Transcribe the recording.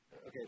okay